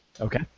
Okay